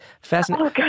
fascinating